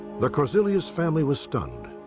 the korzilius family was stunned.